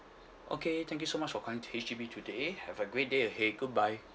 okay thank you so much for calling H_D_B today have a great day ahead goodbye